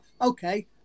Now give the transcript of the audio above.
Okay